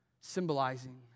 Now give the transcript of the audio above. Symbolizing